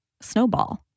Snowball